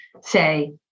say